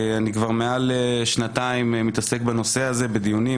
אני כבר מעל שנתיים מתעסק בנושא הזה בדיונים,